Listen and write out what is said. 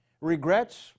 Regrets